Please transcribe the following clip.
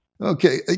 Okay